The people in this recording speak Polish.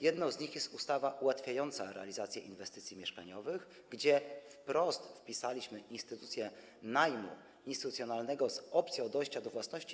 Jedną z nich jest ustawa ułatwiająca realizację inwestycji mieszkaniowych, gdzie wprost wpisaliśmy do ustawy instytucję najmu instytucjonalnego z opcją dojścia do własności.